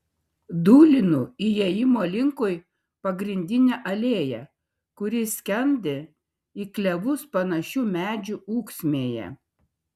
dūlinu įėjimo linkui pagrindine alėja kuri skendi į klevus panašių medžių ūksmėje